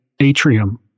atrium